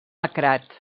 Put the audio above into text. lacrat